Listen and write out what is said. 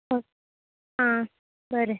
फ आं बरें